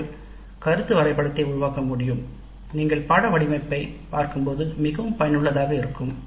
நாம் கான்செப்ட் மேப்பை உருவாக்கலாம் இது பாடத்திட்டத்தின் வடிவமைப்பை குறித்து பார்க்கும்போது மிகவும் பயனுள்ளதாக இருக்கும்